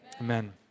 amen